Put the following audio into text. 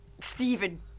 Stephen